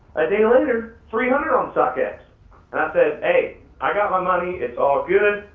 a day later, three hundred on stock x and i said, hey, i got my money all good,